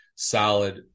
solid